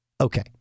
Okay